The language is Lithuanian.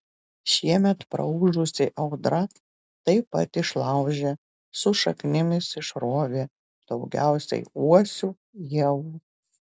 šiemet praūžusi audra taip pat išlaužė su šaknimis išrovė daugiausiai uosių ievų